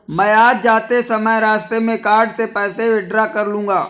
मैं आज जाते समय रास्ते में कार्ड से पैसे विड्रा कर लूंगा